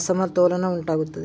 ಅಸಮತೋಲನ ಉಂಟಾಗುತ್ತದೆ